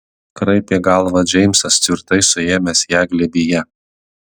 kraipė galvą džeimsas tvirtai suėmęs ją glėbyje